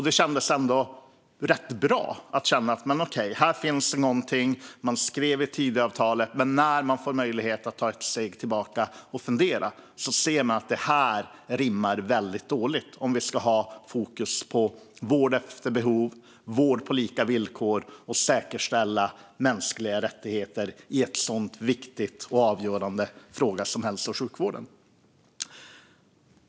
Det kändes rätt bra, för jag fick intrycket av att det fanns någonting som man skrev i Tidöavtalet, men när man fick möjlighet att ta ett steg tillbaka och fundera såg man att det rimmar väldigt illa med det fokus vi ska ha. Det handlar ju om vård efter behov, vård på lika villkor och säkerställande av mänskliga rättigheter i en sådan viktig och avgörande fråga som hälso och sjukvården.